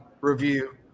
review